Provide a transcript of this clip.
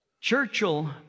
Churchill